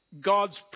God's